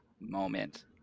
moment